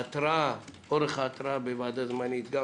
ההתראה אורך ההתראה בוועדה זמנית גם